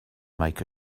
make